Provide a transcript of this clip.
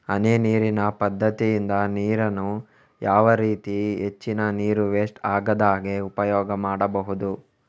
ಹನಿ ನೀರಿನ ಪದ್ಧತಿಯಿಂದ ನೀರಿನ್ನು ಯಾವ ರೀತಿ ಹೆಚ್ಚಿನ ನೀರು ವೆಸ್ಟ್ ಆಗದಾಗೆ ಉಪಯೋಗ ಮಾಡ್ಬಹುದು?